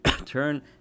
turn